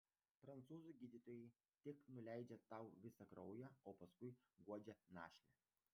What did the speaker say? prancūzų gydytojai tik nuleidžia tau visą kraują o paskui guodžia našlę